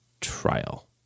trial